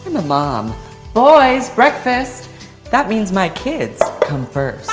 the mom boys breakfast that means my kids come first.